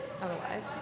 Otherwise